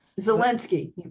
Zelensky